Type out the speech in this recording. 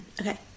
Okay